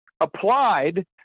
applied